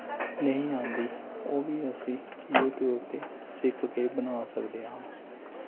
ਨਹੀਂ ਆਉਂਦੀ ਉਹ ਵੀ ਅਸੀਂ ਯੂਟਿਊਬ 'ਤੇ ਸਿੱਖ ਕੇ ਬਣਾ ਸਕਦੇ ਹਨ